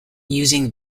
using